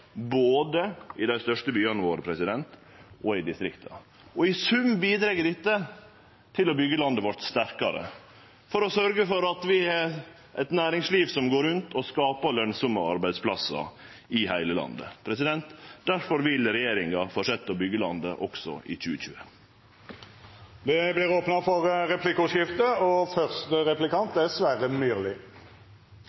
både i dei største byane våre og i distrikta. I sum bidreg dette til å byggje landet vårt sterkare, for å sørgje for at vi har eit næringsliv som går rundt, og som skapar lønsame arbeidsplassar i heile landet. Difor vil regjeringa fortsetje å byggje landet også i 2020. Det vert replikkordskifte.